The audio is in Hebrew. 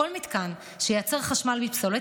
כל מתקן שייצר חשמל מפסולת,